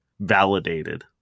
validated